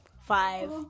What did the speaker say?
Five